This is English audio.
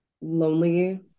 lonely